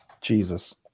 Jesus